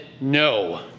no